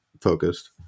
focused